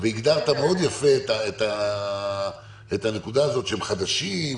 והגדרת מאוד יפה את הנקודה שהם חדשים,